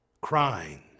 crying